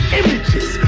images